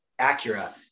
Acura